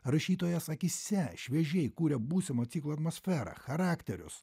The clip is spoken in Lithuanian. rašytojas akyse šviežiai kuria būsimo ciklo atmosferą charakterius